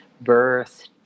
birth